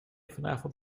vanavond